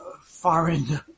foreign